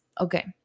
okay